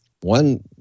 one